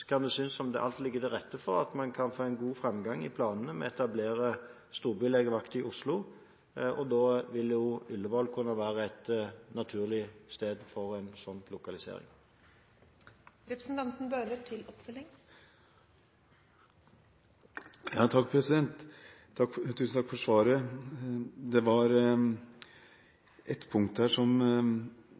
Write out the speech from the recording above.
kan det synes som om alt ligger til rette for at man kan få en god framgang i planene om å etablere storbylegevakt i Oslo, og da vil Ullevål kunne være et naturlig sted for en sånn lokalisering. Tusen takk for svaret. Det er ett punkt jeg må si litt om: Statsråden sier at Oslo kommune er ansvarlig for